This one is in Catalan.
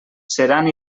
seran